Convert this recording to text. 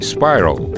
Spiral